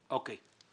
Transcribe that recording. ברשותכם, אני